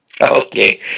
Okay